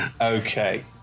Okay